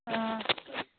অঁ